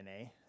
DNA